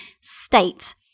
state